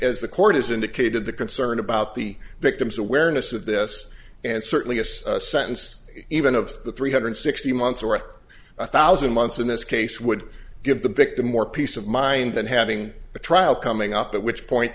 as the court has indicated the concern about the victim's awareness of this and certainly a sentence even of the three hundred sixty months or a thousand months in this case would give the victim more peace of mind than having a trial coming up at which point